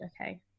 Okay